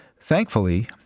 Thankfully